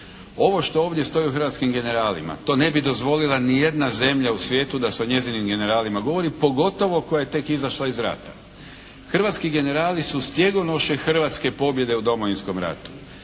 Ovo što ovdje stoji o hrvatskim generalima, to ne bi dozvolila ni jedna zemlja u svijetu da se o njezinim generalima govori, pogotovo koja je tek izašla iz rata. Hrvatski generali su stjegonoše hrvatske pobjede u Domovinskom ratu.